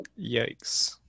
Yikes